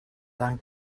dan